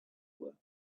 were